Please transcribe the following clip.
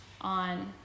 on